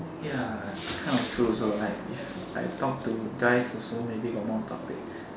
ya kind of true also like if I talk to guys also maybe got more topic